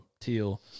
Teal